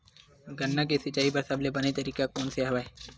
गन्ना के सिंचाई बर सबले बने तरीका कोन से हवय?